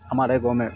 ہماے گاؤں میں